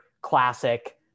classic